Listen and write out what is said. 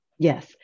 Yes